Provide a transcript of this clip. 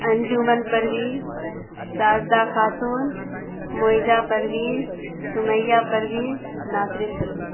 Anjuman Parveen Sajida Khatoon Moizza Parveen Sumaiya Parveen Nasreen Parveen